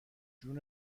جون